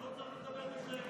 לא צריך לדבר בשקט.